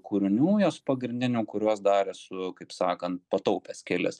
kūrinių jos pagrindinių kuriuos dar esu kaip sakant pataupęs kelis